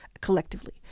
collectively